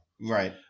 right